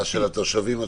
של התושבים עצמם?